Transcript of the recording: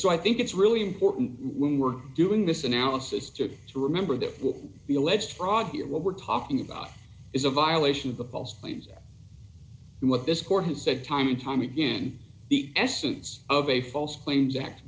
so i think it's really important when we're doing this analysis to remember that would be alleged fraud here what we're talking about is a violation of the false claims that what this court has said time and time again the essence of a false claims act